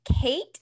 Kate